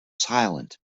silent